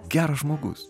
geras žmogus